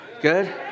Good